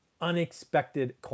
unexpected